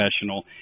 professional